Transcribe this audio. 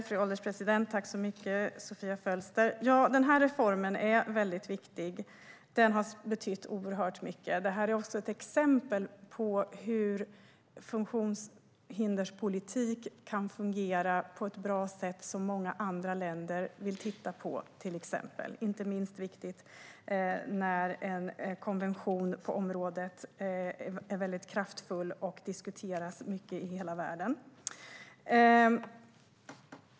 Fru ålderspresident! Den här reformen är väldigt viktig. Den har betytt oerhört mycket. Den är ett exempel på hur en funktionshinderspolitik kan fungera på ett bra sätt, och det är många andra länder som vill titta på den. Det är en konvention på området som är väldigt kraftfull och som diskuteras mycket i hela världen.